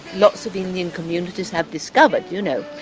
lots of indian communities have discovered, you know,